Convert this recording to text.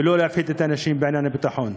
ולא להפחיד את האנשים בעניין הביטחון.